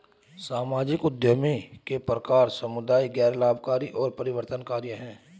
सामाजिक उद्यमियों के प्रकार समुदाय, गैर लाभकारी और परिवर्तनकारी हैं